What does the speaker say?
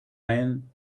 man